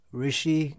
rishi